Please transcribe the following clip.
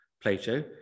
plato